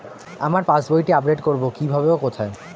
আমার পাস বইটি আপ্ডেট কোরবো কীভাবে ও কোথায়?